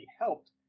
helped